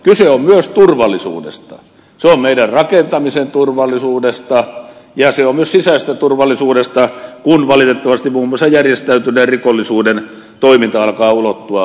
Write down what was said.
kyse on myös turvallisuudesta meidän rakentamisen turvallisuudesta ja myös sisäisestä turvallisuudesta kun valitettavasti muun muassa järjestäytyneen rikollisuuden toiminta alkaa ulottua rakennusalalle